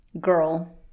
girl